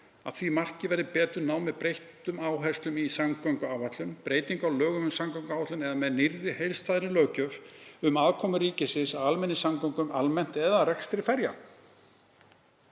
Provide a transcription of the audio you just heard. að því markmiði yrði betur náð með breyttum áherslum í samgönguáætlun, breytingu á lögum um samgönguáætlun eða með nýrri heildstæðri löggjöf um aðkomu ríkisins að almenningssamgöngum almennt eða rekstri ferja.